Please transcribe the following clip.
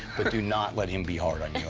but do not let him be hard on you,